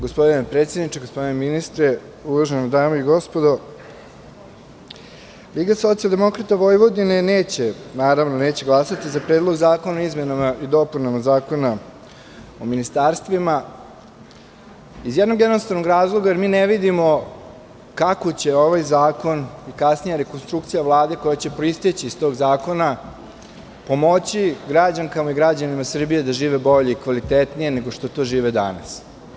Gospodine predsedniče, gospodine ministre, uvažene dame i gospodo, LSV neće glasati za Predlog zakona o izmenama i dopunama Zakona o ministarstvima iz jednostavnog razloga što ne vidimo kako će ovaj zakon i kasnija rekonstrukcija Vlade koja će proisteći iz tog zakona, pomoći građankama i građanima Srbije da žive bolje i kvalitetnije, nego što žive danas.